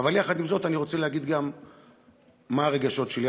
אבל יחד עם זאת אני רוצה להגיד גם מה הרגשות שלי.